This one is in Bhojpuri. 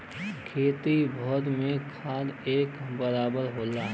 खेत भर में खाद एक बराबर होला